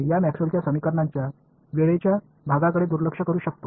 எனவே இந்த மேக்ஸ்வெல்லின் Maxwell's சமன்பாடுகளின் நேர பகுதியை நான் புறக்கணிக்க முடியும்